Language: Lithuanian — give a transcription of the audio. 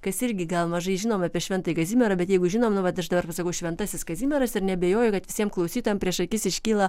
kas irgi gal mažai žinom apie šventąjį kazimierą bet jeigu žinom nu vat aš dabar pasakau šventasis kazimieras ir neabejoju kad visiem klausytojam prieš akis iškyla